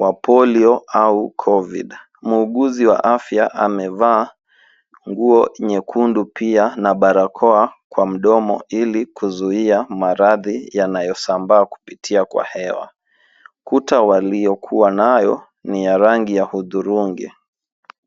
wa polio au covid. Muuguzi wa afya amevaa nguo nyekundu pia na barakoa kwa mdomo ili kuzuia maradhi yanayosambaa kupitia kwa hewa. kuta waliyokuwanayo ni ya rangi ya hudhirungi.